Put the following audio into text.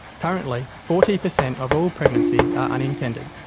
currently, forty percent of all pregnancies are unintended.